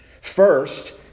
First